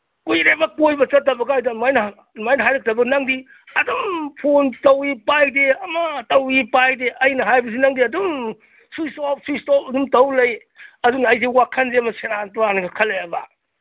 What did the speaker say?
ꯀꯨꯏꯔꯦꯕ ꯀꯣꯏꯕ ꯆꯠꯇꯕ ꯀꯥꯏꯗꯣ ꯑꯃꯥꯏꯅ ꯑꯗꯨꯃꯥꯏꯅ ꯍꯥꯏꯔꯛꯇꯕ ꯅꯪꯗꯤ ꯑꯗꯨꯝ ꯐꯣꯟ ꯇꯧꯋꯤ ꯄꯥꯏꯗꯦ ꯑꯃ ꯇꯧꯋꯤ ꯄꯥꯏꯗꯦ ꯑꯩꯅ ꯍꯥꯏꯕꯁꯤ ꯅꯪꯗꯤ ꯑꯗꯨꯝ ꯁ꯭ꯋꯤꯁ ꯑꯣꯞ ꯁ꯭ꯋꯤꯁ ꯑꯣꯞ ꯑꯗꯨꯝ ꯇꯧ ꯂꯩ ꯑꯗꯨꯅ ꯑꯩꯁꯦ ꯋꯥꯈꯟꯁꯦ ꯑꯃ ꯁꯦꯔꯥꯟ ꯇꯨꯔꯥꯟꯒ ꯈꯜꯂꯛꯑꯦꯕ